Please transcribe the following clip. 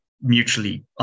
mutually